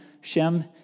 Shem